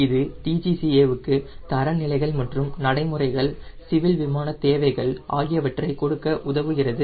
இது DGCA க்கு தரநிலைகள் மற்றும் நடைமுறைகள் சிவில் விமானத் தேவைகள் ஆகியவற்றை கொடுக்க உதவுகிறது